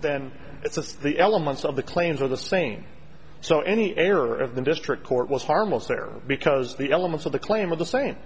then it's the elements of the claims are the same so any error of the district court was harmless error because the elements of the claim of the same